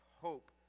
hope